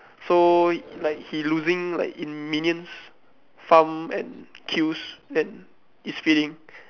so like he losing like in minions farm and kills then it's fading